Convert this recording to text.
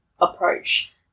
approach